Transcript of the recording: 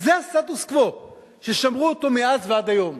וזה הסטטוס-קוו ששמרו אותו מאז ועד היום.